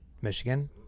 Michigan